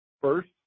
First